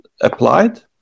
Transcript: applied